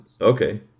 okay